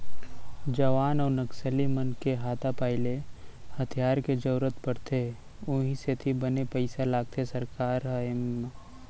जवान अउ नक्सली मन के हाथापाई ले हथियार के जरुरत पड़थे उहीं सेती बने पइसा लगाथे सरकार ह एमा